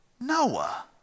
Noah